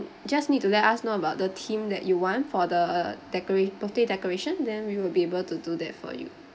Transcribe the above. just need to let us know about the theme that you want for the decorate birthday decoration then we will be able to do that for you